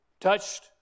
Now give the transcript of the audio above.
touched